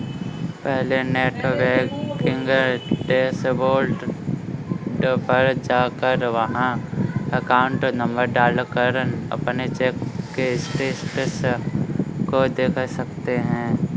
पहले net banking dashboard पर जाकर वहाँ अकाउंट नंबर डाल कर अपने चेक के स्टेटस को देख सकते है